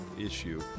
issue